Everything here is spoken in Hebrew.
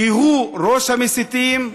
כי הוא ראש המסיתים,